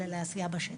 אלא לעשייה בשטח.